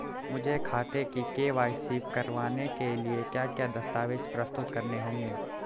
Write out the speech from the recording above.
मुझे खाते की के.वाई.सी करवाने के लिए क्या क्या दस्तावेज़ प्रस्तुत करने होंगे?